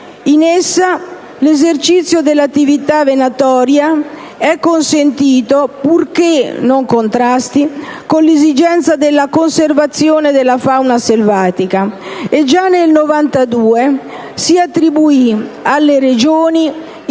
norma, l'esercizio dell'attività venatoria è consentito purché non contrasti con l'esigenza della conservazione della fauna selvatica. Già nel 1992 si attribuì alle Regioni